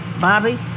Bobby